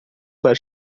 para